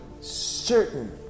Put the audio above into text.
certain